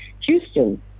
Houston